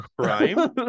Crime